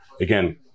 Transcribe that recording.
Again